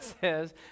says